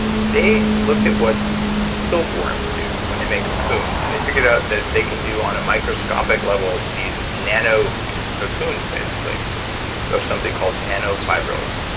they looked at what silk worms do when they make cocoons, and they figured out that they can do on a microscopic level these nano cocoons, basically of something called nanofibrils.